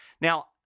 Now